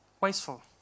Wasteful